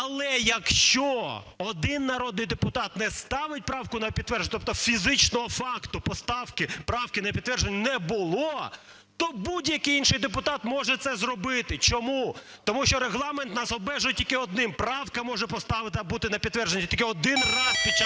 Але, якщо один народний депутат не ставить правку на підтвердження, тобто фізичного факту поставки правки на підтвердження не було, то будь-який інший депутат може це зробити. Чому? Тому що Регламент нас обмежує тільки одним: правка може… бути на підтвердженні тільки один раз під час